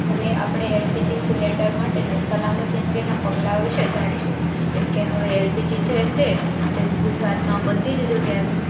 હવે આપણે LPG cylinder માટેના સલામતી અંગેના પગલાઓ વિષે જાણીશું કેમકે હવે એલપીજી જે છે તે ગુજરાતમાં બધીજ જગ્યાએ